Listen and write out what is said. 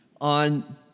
on